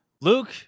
Luke